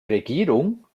regierung